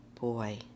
boy